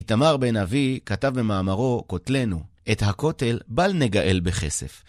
איתמר בן אבי כתב במאמרו, קוטלנו, את הכותל בל נגאל בכסף.